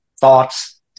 thoughts